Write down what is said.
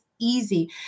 easy